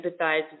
empathize